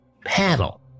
Paddle